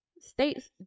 states